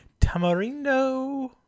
Tamarindo